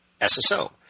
SSO